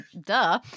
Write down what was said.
duh